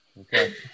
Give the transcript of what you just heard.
Okay